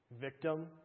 victim